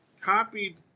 copied